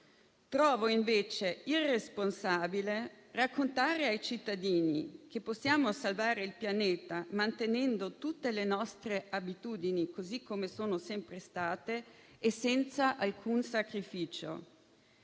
Trovo, invece, irresponsabile raccontare ai cittadini che possiamo salvare il Pianeta mantenendo tutte le nostre abitudini, così come sono sempre state e senza alcun sacrificio.